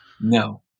No